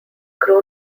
crew